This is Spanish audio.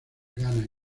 ghana